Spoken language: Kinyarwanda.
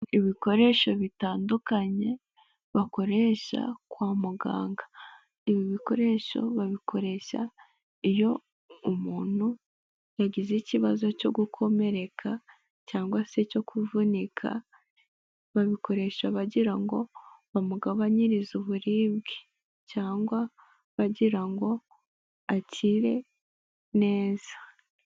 Ibikoresho bitandukanye bakoresha kwa muganga, ibi bikoresho babikoresha iyo umuntu yagize ikibazo cyo gukomereka cyangwa se cyo kuvunika, babikoresha bagira ngo bamugabanyirize uburibwe cyangwa bagira ngo akire neza.